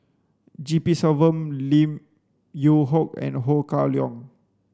G P Selvam Lim Yew Hock and Ho Kah Leong